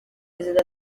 perezida